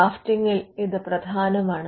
ഡ്രാഫ്റ്റിംഗിൽ ഇത് പ്രധാനമാണ്